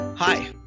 Hi